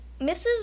Mrs